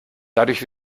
dadurch